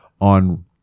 On